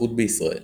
שכיחות בישראל